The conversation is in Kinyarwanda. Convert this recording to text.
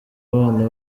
abana